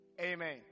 Amen